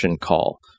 call